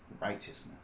righteousness